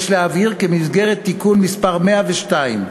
יש להבהיר כי במסגרת תיקון מס' 102,